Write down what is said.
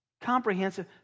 Comprehensive